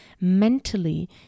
mentally